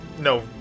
no